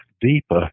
deeper